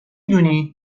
دونی